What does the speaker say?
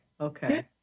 Okay